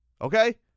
okay